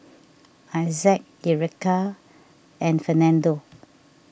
Issac Ericka and Fernando